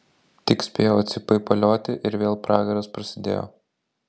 tik spėjau atsipaipalioti ir vėl pragaras prasidėjo